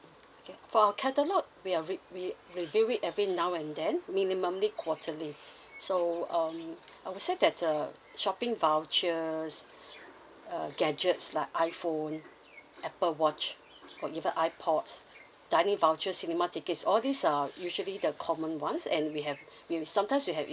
okay for our catalogue we are we we review it every now and then minimally quarterly so um I would say that uh shopping vouchers uh gadgets like iphone apple watch or even ipods dining voucher cinema tickets all these are usually the common ones and we have you sometimes we have